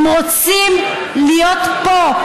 הם רוצים להיות פה,